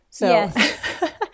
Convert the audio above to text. Yes